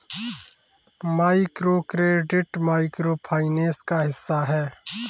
microcredit micro finance का हिस्सा है